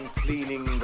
cleaning